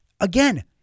again